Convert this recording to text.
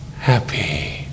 happy